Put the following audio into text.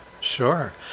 Sure